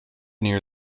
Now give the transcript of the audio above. near